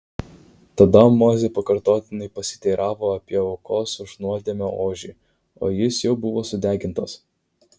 tada mozė pakartotinai pasiteiravo apie aukos už nuodėmę ožį o jis jau buvo sudegintas